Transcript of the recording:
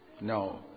No